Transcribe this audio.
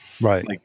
Right